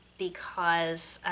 because